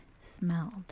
smelled